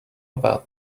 about